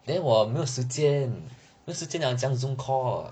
then 我没有时间没有时间 liao 怎样 zoom call